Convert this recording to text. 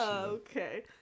okay